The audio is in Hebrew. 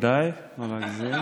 לא להרבה זמן.